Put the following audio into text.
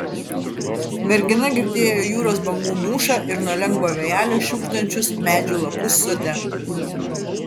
mergina girdėjo jūros bangų mūšą ir nuo lengvo vėjelio šiugždančius medžių lapus sode